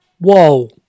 whoa